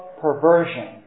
perversion